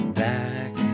back